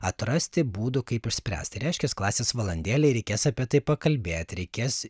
atrasti būdų kaip išspręsti reiškias klasės valandėlei reikės apie tai pakalbėt reikės